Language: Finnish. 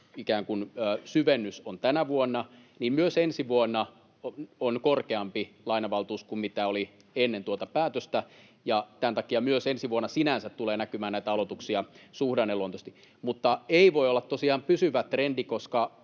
ikään kuin syvennys on tänä vuonna. Myös ensi vuonna on korkeampi lainavaltuus kuin mitä oli ennen tuota päätöstä, ja tämän takia myös ensi vuonna sinänsä tulee näkymään näitä aloituksia suhdanneluontoisesti. Mutta se ei voi olla tosiaan pysyvä trendi,